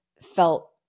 felt